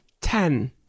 ten